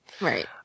Right